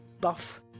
buff